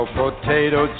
potato